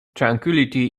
tranquillity